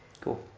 Cool